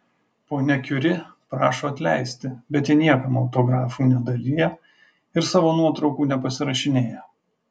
ponia kiuri prašo atleisti bet ji niekam autografų nedalija ir savo nuotraukų nepasirašinėja